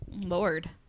Lord